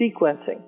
sequencing